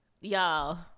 y'all